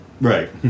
Right